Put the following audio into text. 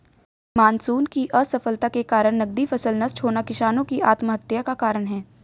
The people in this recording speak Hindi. मानसून की असफलता के कारण नकदी फसल नष्ट होना किसानो की आत्महत्या का कारण है